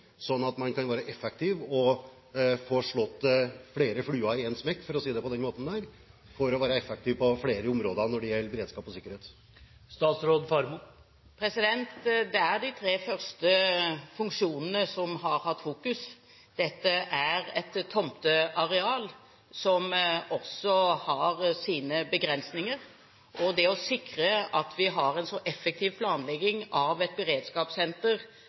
sånn at man kan få slått flere fluer i én smekk, for å si det på den måten, med hensyn til å være effektiv på flere områder når det gjelder beredskap og sikkerhet? Det er de tre første funksjonene som har hatt fokus. Dette er et tomteareal som også har sine begrensninger, og det å sikre at vi har en så effektiv planlegging som mulig av et beredskapssenter